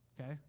Okay